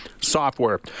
software